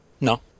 No